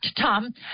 Tom